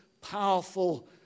powerful